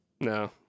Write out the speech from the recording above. No